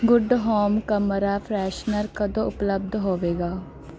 good home ਕਮਰਾ freshener ਕਦੋਂ ਉਪਲਬਧ ਹੋਵੇਗਾ